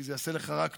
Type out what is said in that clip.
כי זה יעשה לך רק טוב,